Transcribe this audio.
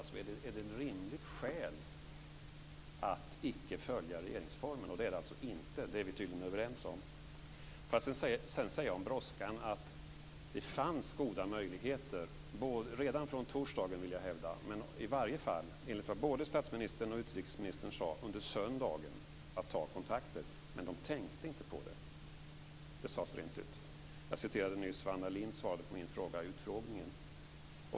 Är detta ett rimligt skäl att inte följa regeringsformen? Det är det alltså inte, det är vi tydligen överens om. I fråga om brådskan fanns det goda möjligheter, redan från torsdagen vill jag hävda men i varje fall under söndagen enligt vad både utrikesministern och statsministern sade, att ta kontakter. Men de tänkte inte på det. Det sades rent ut. Jag citerade nyss vad Anna Lindh svarade på min fråga i utfrågningen.